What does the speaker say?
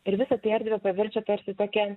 ir visa tai erdvę paverčia tarsi tokia